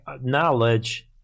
knowledge